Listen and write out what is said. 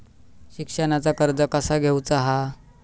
शिक्षणाचा कर्ज कसा घेऊचा हा?